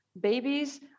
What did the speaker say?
babies